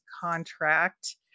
contract